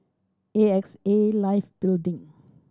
A X A Life Building